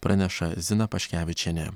praneša zina paškevičienė